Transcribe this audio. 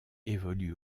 évolue